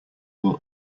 will